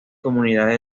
comunidades